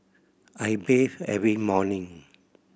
I bathe every morning